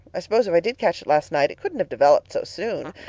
i suppose if i did catch it last night it couldn't have developed so soon.